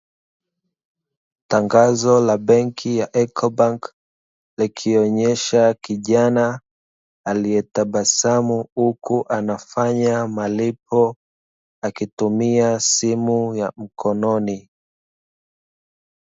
Tangazo la benki ya 'Ecobank' likionyesha kijana alietabasamu huku anafanya malipo akitumia simu ya mkononi.